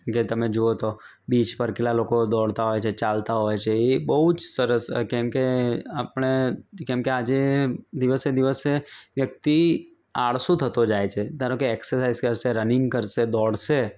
જે તમે જુઓ તો બીચ પર કેટલાં લોકો દોડતાં હોય છે ચાલતા હોય છે એ બહુ જ સરસ કેમકે આપણે કેમકે આજે દિવસે દિવસે વ્યક્તિ આળસુ થતો જાય છે ધારો કે એક્સરસાઈઝ કરશે રનિંગ કરશે દોડશે